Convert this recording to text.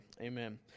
amen